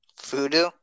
Voodoo